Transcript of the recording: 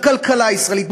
הכלכלה הישראלית,